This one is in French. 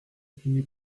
puni